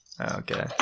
Okay